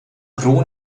pro